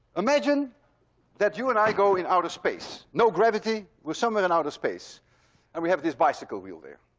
imagine that you and i go in outer space. no gravity. we're somewhere in outer space and we have this bicycle wheel there.